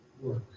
work